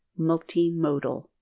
multimodal